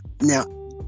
Now